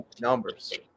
numbers